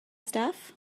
stuff